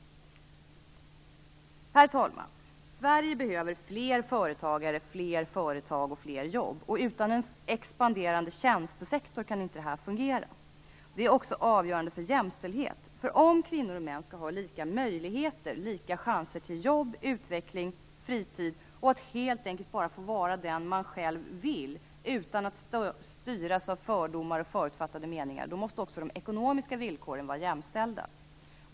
Herr talman! Sverige behöver fler företagare, fler företag och fler jobb. Utan en expanderande tjänstesektor kan inte detta fungera. Det är också avgörande för jämställdhet. Om kvinnor och män skall ha lika möjligheter och lika chanser till jobb, utveckling, fritid och helt enkelt bara få vara den som de själva vill utan att styras av fördomar och förutfattade meningar, måste också de ekonomiska villkoren vara jämställda.